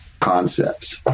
concepts